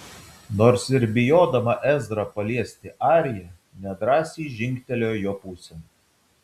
nors ir bijodama ezrą paliesti arija nedrąsiai žingtelėjo jo pusėn